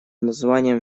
названием